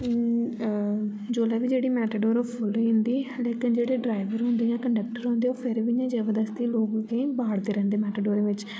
जेल्लै बी जेह्ड़ी मेटाडोर फुल्ल होई जंदी लेकिन जेह्ड़े ड्राइवर होंदे जां कन्डेक्टर होंदे ओह् फेर बी इयां जबरदस्ती लोगें गी बाड़दे रौंह्दे मेटाडोरे बिच्च